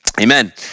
amen